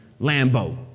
Lambo